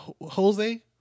Jose